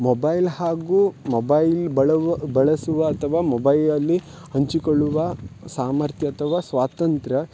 mobile ಹಾಗೂ mobile ಬಳವ್ ಬಳಸುವ ಅಥ್ವಾ ಮೊಬೈಲಲ್ಲಿ ಹಂಚಿಕೊಳ್ಳುವ ಸಾಮರ್ಥ್ಯ ಅಥವಾ ಸ್ವಾತಂತ್ರ್ಯ